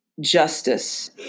justice